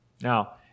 Now